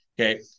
Okay